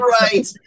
Right